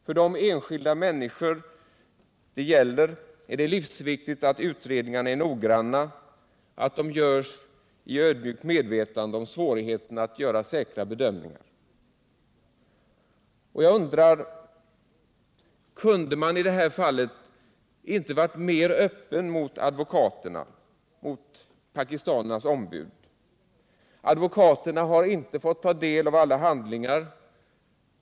För de enskilda människorna är det livsviktigt att utredningarna är noggranna, att de görs i ödmjukt medvetande om svårigheten att nå säkra bedömningar. Och jag undrar: Kunde man i det här fallet inte ha varit mera öppen mot pakistanernas ombud? Advokaterna har inte fått ta del av alla handlingar.